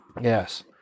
Yes